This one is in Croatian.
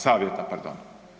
Savjeta, pardon.